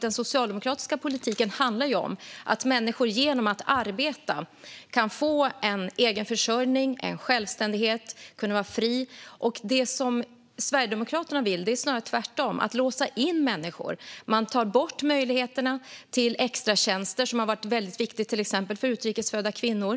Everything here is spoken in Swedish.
Den socialdemokratiska politiken handlar om att människor genom att arbeta kan få en egen försörjning och en självständighet. De ska kunna vara fria. Det som Sverigedemokraterna vill är snarare tvärtom: att låsa in människor. Man tar bort möjligheterna till extratjänster, som har varit väldigt viktiga för till exempel utrikes födda kvinnor.